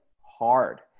hard